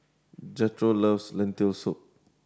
Jethro loves Lentil Soup